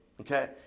okay